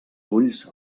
ulls